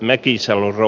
leki salur